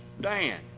Dan